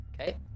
Okay